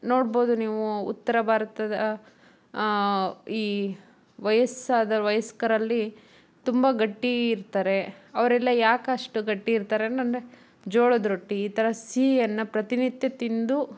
ನೋಡ್ಬೋದು ನೀವು ಉತ್ತರ ಭಾರತದ ಈ ವಯಸ್ಸಾದ ವಯಸ್ಕರಲ್ಲಿ ತುಂಬ ಗಟ್ಟಿ ಇರ್ತಾರೆ ಅವರೆಲ್ಲ ಯಾಕೆ ಅಷ್ಟು ಗಟ್ಟಿ ಇರ್ತಾರೆ ಅಂತ ಅಂದರೆ ಜೋಳದ ರೊಟ್ಟಿ ಈ ಥರ ಸಿಹಿಯನ್ನು ಪ್ರತಿನಿತ್ಯ ತಿಂದು